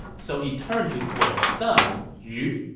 so he turned to gun's son, yu.